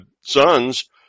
sons